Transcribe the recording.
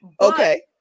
Okay